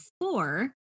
four